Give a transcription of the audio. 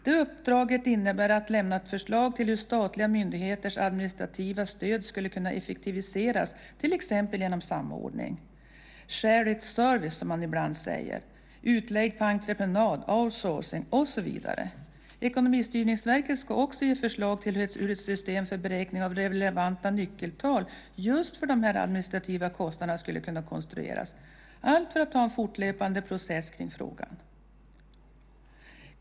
Det uppdraget innebär att lämna ett förslag till hur statliga myndigheters administrativa stöd skulle kunna effektiviseras till exempel genom samordning, share-it service som man ibland säger, utlägg på entreprenad, outsourcing , och så vidare. Ekonomistyrningsverket ska också ge förslag till hur ett system för beräkning av relevanta nyckeltal just avseende de administrativa kostnaderna skulle konstrueras - allt för att ha en fortlöpande process kring frågan.